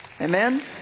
Amen